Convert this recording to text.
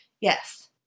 Yes